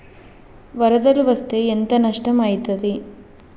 వరదలు వస్తే ఎంత నష్టం ఐతది?